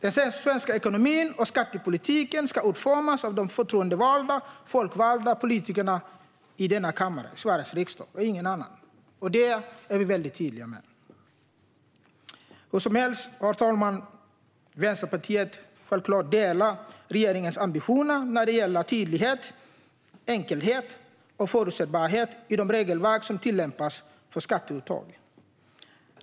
Den svenska ekonomin och skattepolitiken ska utformas av de förtroendevalda, folkvalda politikerna i denna kammare i Sveriges riksdag, ingen annan. Det är vi väldigt tydliga med. Herr talman! Vänsterpartiet delar självklart regeringens ambitioner när det gäller tydlighet, enkelhet och förutsägbarhet i de regelverk som tillämpas för skatteuttag.